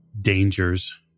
dangers